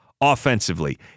offensively